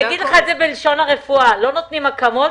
אני אגיד לך את זה בלשון רפואית: לא נותנים אקמול,